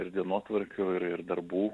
ir dienotvarkių ir darbų